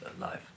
life